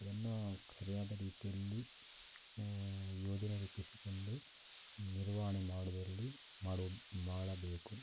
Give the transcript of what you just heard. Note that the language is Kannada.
ಅದನ್ನು ಸರಿಯಾದ ರೀತಿಯಲ್ಲಿ ಯೋಜನೆ ರೂಪಿಸಿಕೊಂಡು ನಿರ್ವಹಣೆ ಮಾಡುವಲ್ಲಿ ಮಾಡು ಮಾಡಬೇಕು